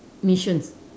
missions